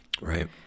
Right